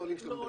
--- לא,